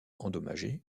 endommagé